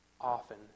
often